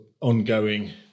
ongoing